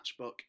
matchbook